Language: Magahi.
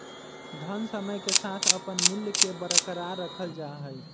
धन समय के साथ अपन मूल्य के बरकरार रखल जा हई